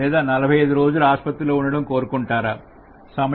లేదా 45 రోజులు ఆసుపత్రిలో ఉండడం కోరుకుంటా రా